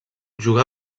jugà